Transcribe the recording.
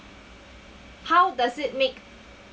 how does it make